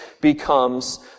becomes